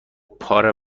پاره